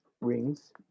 rings